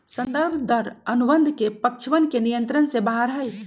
संदर्भ दर अनुबंध के पक्षवन के नियंत्रण से बाहर हई